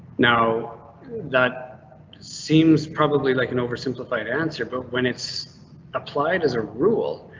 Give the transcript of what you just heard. now that seems probably like an oversimplified answer, but when it's applied as a rule,